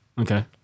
Okay